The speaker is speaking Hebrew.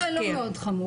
לא, המקרה לא מאוד חמור.